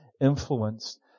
influenced